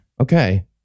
Okay